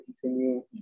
continue